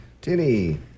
Tinny